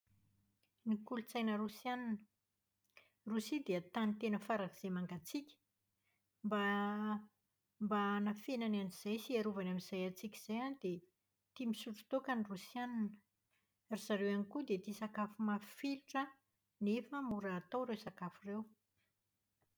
Ny kolotsaina Rosiana. Rosia tany tena farak'izay mangatsiaka. Mba hanafenany an'izay sy iarovany amin'izay hatsiaka izay an, dia tia misotro taoka ny rosiana. Ry zareo ihany koa dia tia sakafo mafilotra nefa mora atao ireo sakafo ireo.